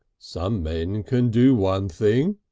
some men can do one thing,